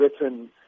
written